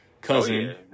cousin